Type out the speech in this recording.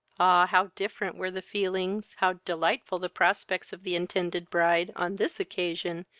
how different were the feelings how delightful the prospects of the intended bride, on this occasion,